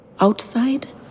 Outside